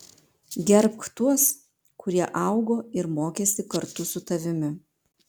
gerbk tuos kurie augo ir mokėsi kartu su tavimi